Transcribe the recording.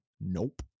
nope